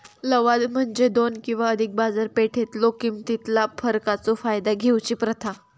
लवाद म्हणजे दोन किंवा अधिक बाजारपेठेतलो किमतीतला फरकाचो फायदा घेऊची प्रथा